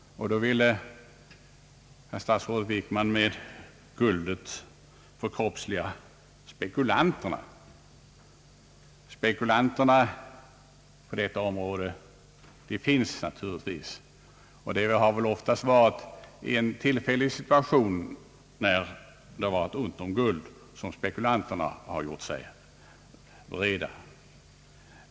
Här ville statsrådet Wickman med guldet förkroppsliga spekulanterna. Spekulanterna på detta område finns naturligtvis. Det har väl oftast varit i en tillfällig situation när det har varit ont om guld som spekulanterna har gjort sig breda.